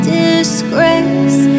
disgrace